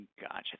Gotcha